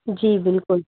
जी बिल्कुलु